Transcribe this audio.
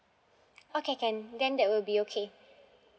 okay can then that will be okay